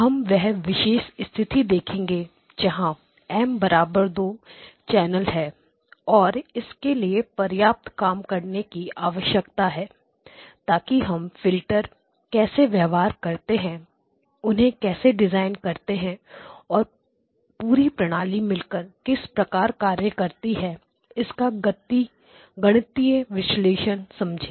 हम वह विशेष स्थिति देखेंगे जहां M 2 चैनल है और इसके लिए पर्याप्त काम करने की आवश्यकता है ताकि हम फिल्टर कैसे व्यवहार करते हैं उन्हें कैसे डिजाइन करते हैं और पूरी प्रणाली मिलकर किस प्रकार कार्य करती है इसका गणितीय विश्लेषण समझें